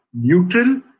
neutral